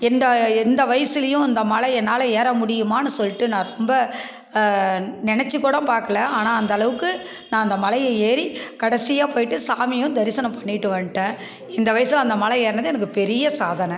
எந்த இந்த வயசிலயும் இந்த மலை என்னால் ஏற முடியுமான்னு சொல்லிட்டு நான் ரொம்ப நினச்சி கூட பார்க்கல ஆனால் அந்த அளவுக்கு நான் தான் மலையை ஏறி கடைசியாக போய்ட்டு சாமியும் தரிசனம் பண்ணிட்டு வந்துடேன் இந்த வயதில் அந்த மலை ஏறுனது எனக்கு பெரிய சாதனை